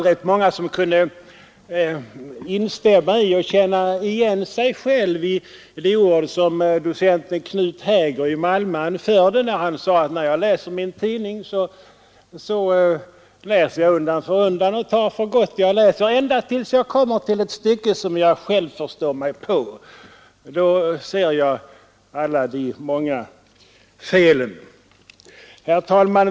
Rätt många kunde nog känna igen sig själva och instämma i vad docenten Knut Haeger i Malmö sade — ungefär så här: När jag läser min tidning tar jag som regel allt för gott ända tills jag kommer till ett stycke som jag själv förstår mig på. Då ser jag plötsligt hur många fel det finns. Herr talman!